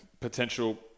potential